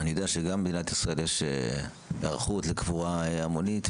אני יודע שגם במדינת ישראל יש היערכות לקבורה המונית.